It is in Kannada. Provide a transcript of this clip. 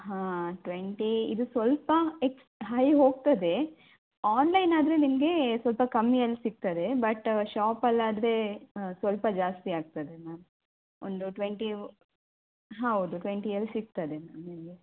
ಹಾಂ ಟ್ವೆಂಟಿ ಇದು ಸ್ವಲ್ಪ ಎಕ್ಸ್ ಹೈ ಹೋಗ್ತದೆ ಆನ್ಲೈನ್ ಆದರೆ ನಿಮಗೆ ಸ್ವಲ್ಪ ಕಮ್ಮಿಯಲ್ಲಿ ಸಿಕ್ತದೆ ಬಟ್ ಶಾಪಲ್ಲಿ ಆದರೆ ಸ್ವಲ್ಪ ಜಾಸ್ತಿ ಆಗ್ತದೆ ಮ್ಯಾಮ್ ಒಂದು ಟ್ವೆಂಟಿ ಹಾಂ ಹೌದು ಒಂದು ಟ್ವೆಂಟಿಯಲ್ಲಿ ಸಿಗ್ತದೆ ಮ್ಯಾಮ್ ನಿಮಗೆ